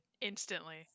Instantly